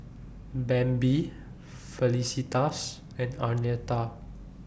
Bambi Felicitas and Arnetta